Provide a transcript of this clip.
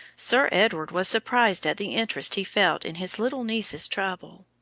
sir edward was surprised at the interest he felt in his little niece's trouble.